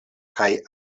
kaj